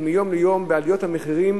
כשמיום ליום בעליות המחירים